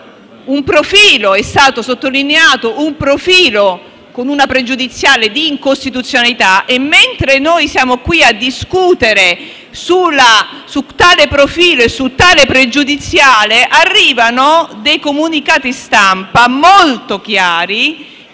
Oggi è stato sottolineato un profilo, con una pregiudiziale di incostituzionalità, e mentre siamo qui a discutere su tale profilo e su tale pregiudiziale, arrivano dei comunicati stampa molto chiari,